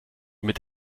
mit